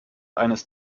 eines